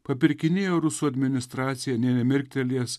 papirkinėjo rusų administraciją nė nemirktelėjęs